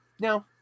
No